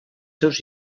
seus